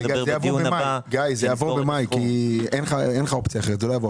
זה יעבור במאי כי אין לך אופציה אחרת.